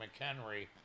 McHenry